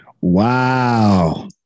Wow